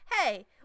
hey